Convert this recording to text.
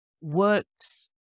works